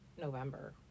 November